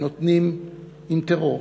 ונותנים עם טרור,